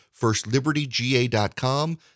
Firstlibertyga.com